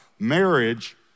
Marriage